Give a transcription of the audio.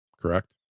correct